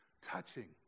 touching